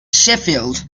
sheffield